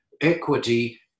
Equity